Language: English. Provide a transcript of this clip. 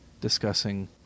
discussing